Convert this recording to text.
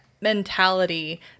mentality